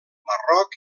marroc